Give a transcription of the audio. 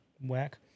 Whack